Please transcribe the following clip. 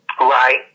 Right